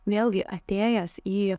vėlgi atėjęs į